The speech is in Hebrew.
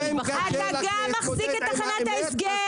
אתה מחזיק את תחנת ההסגר,